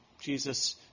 Jesus